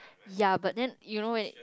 ya but then you know